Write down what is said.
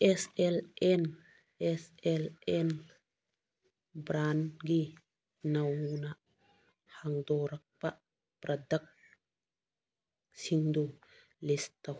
ꯑꯦꯁ L N S L N ꯕ꯭ꯔꯥꯟꯒꯤ ꯅꯧꯅ ꯍꯥꯡꯗꯣꯔꯛꯄ ꯄ꯭ꯔꯗꯛꯁꯤꯡꯗꯨ ꯂꯤꯁ ꯇꯧ